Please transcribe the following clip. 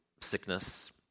sickness